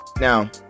now